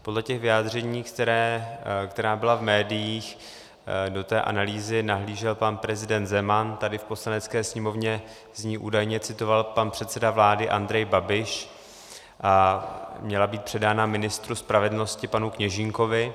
Podle těch vyjádření, která byla v médiích, do té analýzy nahlížel pan prezident Zeman, tady v Poslanecké sněmovně z ní údajně citoval pan předseda vlády Andrej Babiš a měla být předána ministru spravedlnosti panu Kněžínkovi.